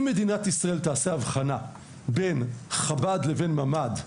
אם מדינת ישראל תעשה הבחנה בין חב"ד לבין ממ"ד,